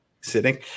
sitting